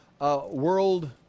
world